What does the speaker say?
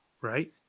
right